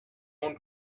own